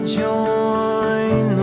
join